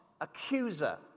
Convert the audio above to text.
accuser